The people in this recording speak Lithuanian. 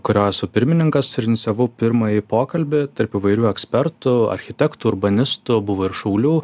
kurio esu pirmininkas ir inicijavau pirmąjį pokalbį tarp įvairių ekspertų architektų urbanistų buvo ir šaulių